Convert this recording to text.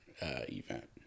event